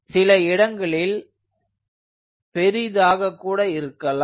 சில இடங்களில் பெரிதாக கூட இருக்கலாம்